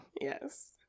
Yes